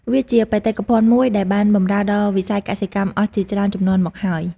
វាជាបេតិកភណ្ឌមួយដែលបានបម្រើដល់វិស័យកសិកម្មអស់ជាច្រើនជំនាន់មកហើយ។